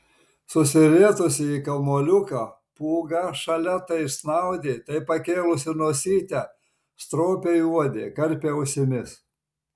susirietusi į kamuoliuką pūga šalia tai snaudė tai pakėlusi nosytę stropiai uodė karpė ausimis